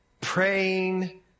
praying